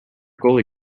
gully